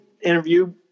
interview